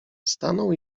stanął